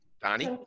Donnie